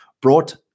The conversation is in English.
brought